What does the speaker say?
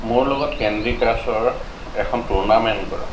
মোৰ লগত কেণ্ডি ক্ৰাছৰ এখন টুৰ্ণামেণ্ট কৰা